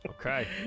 Okay